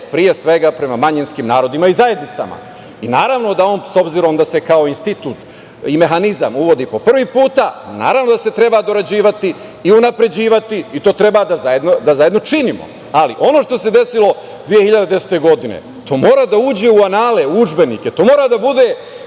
pre svega prema manjinskim narodima i zajednicama. Naravno da on, s obzirom da se kao institut i mehanizam uvodi po prvi put, treba dorađivati i unapređivati i to treba da zajedno činimo, ali ono što se desilo 2010. godine, to mora da uđe u anale, u udžbenike. To mora da bude